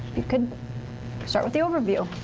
you can start with the overview.